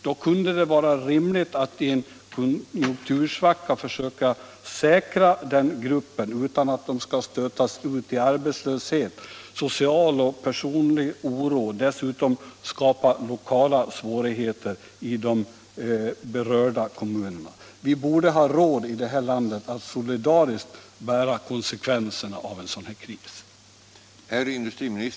Då kunde det vara rimligt att i en konjunktursvacka stötta denna grupp av anställda, så att de slipper drabbas av arbetslöshet samt social och personlig oro och så att man undviker att skapå lokala svårigheter i de berörda kommunerna. Vi borde ha råd i det här landet att solidariskt bära konsekvenserna av en sådan här kris.